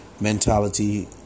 mentality